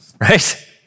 right